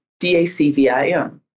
DACVIM